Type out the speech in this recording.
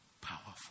powerful